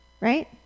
Right